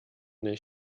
nicht